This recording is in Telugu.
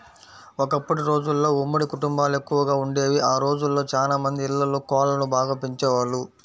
ఒకప్పటి రోజుల్లో ఉమ్మడి కుటుంబాలెక్కువగా వుండేవి, ఆ రోజుల్లో చానా మంది ఇళ్ళల్లో కోళ్ళను బాగా పెంచేవాళ్ళు